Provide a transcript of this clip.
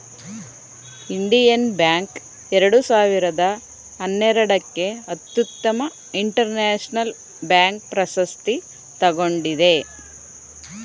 Indian bank ಎರಡು ಸಾವಿರದ ಹನ್ನೆರಡಕ್ಕೆ ಅತ್ಯುತ್ತಮ ಇಂಟರ್ನ್ಯಾಷನಲ್ ಬ್ಯಾಂಕ್ ಪ್ರಶಸ್ತಿ ತಗೊಂಡಿದೆ